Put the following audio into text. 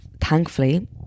thankfully